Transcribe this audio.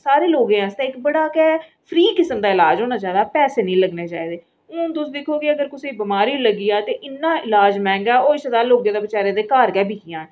सारें लोकें आस्तै इक बड़ा गै फ्री किस्म दा इलाज होना चाहिदा पैसे नीं लग्गने चाहिदे हुन तुस दिक्खो कि अगर कुसै गी बिमारी लग्गी जा इन्ना इलाज मैंह्गा ऐ होई सकदा ऐ लोकें दे बिचारें दे घर गै बिकी जाह्न